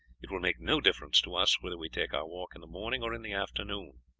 it will make no difference to us whether we take our walk in the morning or in the afternoon.